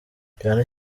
cyane